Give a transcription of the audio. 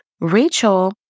Rachel